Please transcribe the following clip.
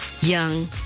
young